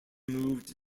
moved